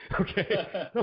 Okay